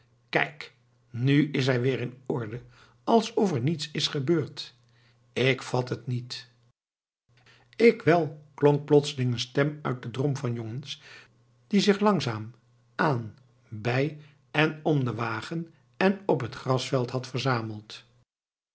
kijk nu is hij weer in orde alsof er niets is gebeurd ik vat het niet ik wel klonk plotseling een stem uit den drom van jongens die zich langzaam aan bij en om den wagen en op het grasveld had verzameld